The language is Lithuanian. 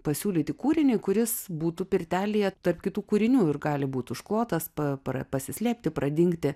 pasiūlyti kūrinį kuris būtų pirtelėje tarp kitų kūrinių ir gali būt užklotas pa pra pasislėpti pradingti